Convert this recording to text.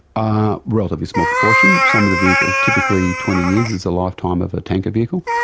a relatively small proportion. some of the vehicles, typically twenty years is the lifetime of a tanker vehicle,